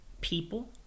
people